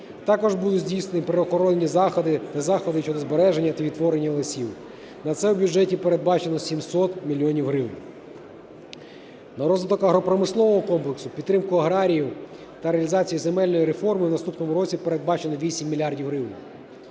Також будуть здійсненні правоохоронні заходи та заходи щодо збереження та відтворення лісів. На це у бюджеті передбачено 700 мільйонів гривень. На розвиток агропромислового комплексу, підтримку аграріїв та реалізацію земельної реформи у наступному році передбачено 8 мільярдів